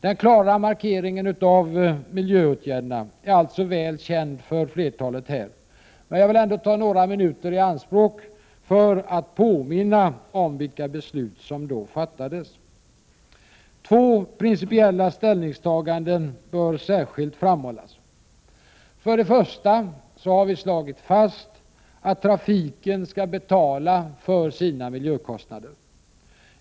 Den klara markeringen av miljöåtgärderna är alltså väl känd för flertalet här. Jag vill ändå ta några minuter i anspråk för att påminna om vilka beslut som då fattades. Två principiella ställningstaganden bör särskilt framhållas. För det första har vi slagit fast att trafiken skall betala för sina miljökostnader.